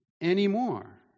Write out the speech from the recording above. anymore